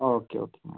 okay okay